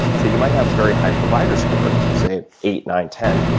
so he might have a very high provider score, say eight, nine, ten,